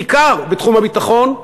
בעיקר בתחום הביטחון.